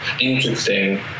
interesting